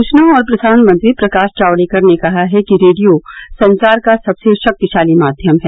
सूचना और प्रसारण मंत्री प्रकाश जावड़ेकर ने कहा है कि रेडियो संचार का सबसे शक्तिशाली माध्यम है